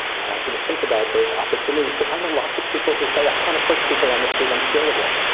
i want you to think about those opportunities. because i know lots of people who say, i can't approach people on the street. i'm scared of them.